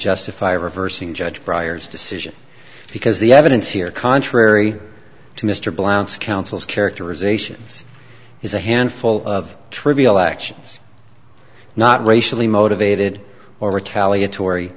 justify reversing judge briars decision because the evidence here contrary to mr blount's counsel's characterizations is a handful of trivial actions not racially motivated or retaliatory